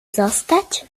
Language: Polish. zostać